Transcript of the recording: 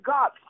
God